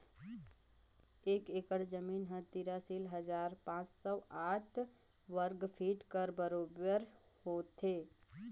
एक एकड़ जमीन ह तिरालीस हजार पाँच सव साठ वर्ग फीट कर बरोबर होथे